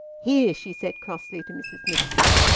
here, she said crossly to mrs nixon.